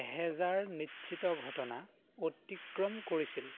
এহেজাৰ নিশ্চিত ঘটনা অতিক্ৰম কৰিছিল